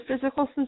physical